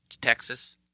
Texas